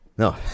No